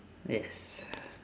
yes